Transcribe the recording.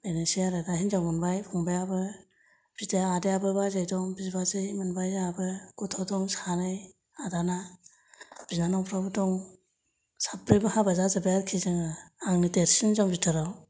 बेनोसै आरोना हिनजाव मोनबाय फंबायाबो बिदाया आदायाबो बाजै दं बिबाजै मोनबाय जोंहाबो गथ' दं सानै आदाना बिनानावफ्राबो दं साब्रैबो हाबा जाजोबबाय आरोखि जोङो आंनो देरसिन हिनजाव नि बिथोराव